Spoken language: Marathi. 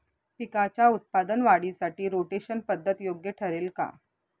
पिकाच्या उत्पादन वाढीसाठी रोटेशन पद्धत योग्य ठरेल का?